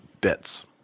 bits